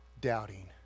doubting